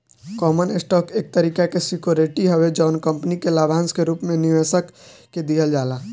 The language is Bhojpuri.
कॉमन स्टॉक एक तरीका के सिक्योरिटी हवे जवन कंपनी के लाभांश के रूप में निवेशक के दिहल जाला